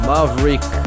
Maverick